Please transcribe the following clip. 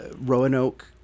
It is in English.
Roanoke